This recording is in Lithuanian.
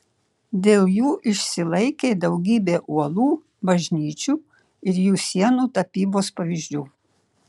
dėl jų išsilaikė daugybė uolų bažnyčių ir jų sienų tapybos pavyzdžių